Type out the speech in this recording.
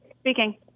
Speaking